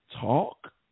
talk